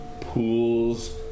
pools